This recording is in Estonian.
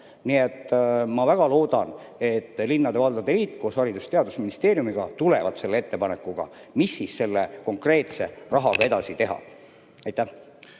Nii et ma väga loodan, et linnade ja valdade liit koos Haridus‑ ja Teadusministeeriumiga tulevad selle ettepanekuga, mis selle konkreetse rahaga edasi teha. Nüüd